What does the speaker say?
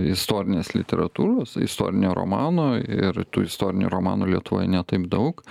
istorinės literatūros istorinio romano ir tų istorinių romanų lietuvoje ne taip daug